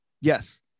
Yes